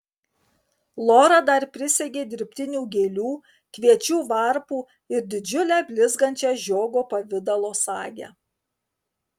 lora dar prisegė dirbtinių gėlių kviečių varpų ir didžiulę blizgančią žiogo pavidalo sagę